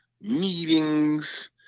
meetings